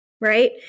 right